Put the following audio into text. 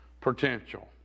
potential